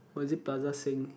was it Plaza Sing